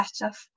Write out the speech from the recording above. better